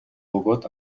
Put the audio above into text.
бөгөөд